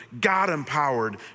God-empowered